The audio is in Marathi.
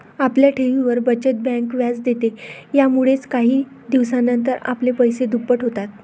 आपल्या ठेवींवर, बचत बँक व्याज देते, यामुळेच काही दिवसानंतर आपले पैसे दुप्पट होतात